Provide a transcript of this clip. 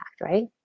right